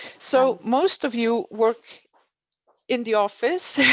so most of you work in the office,